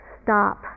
stop